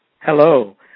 Hello